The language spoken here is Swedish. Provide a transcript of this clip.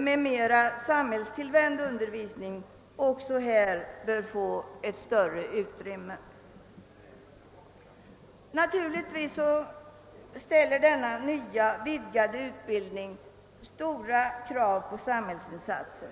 med mera samhällstillvänd undervisning bör få ett större utrymme på musikutbildningens område. Naturligtvis ställer denna nya vidgade utbildning stora krav på samhällsinsatsen.